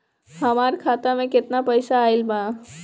हमार खाता मे केतना पईसा आइल बा?